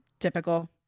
typical